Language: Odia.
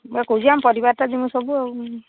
ମୁଁ ବା କହୁଛି ଆମ ପରିବାରଟା ଯିବୁ ସବୁ ଆଉ